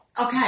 Okay